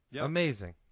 Amazing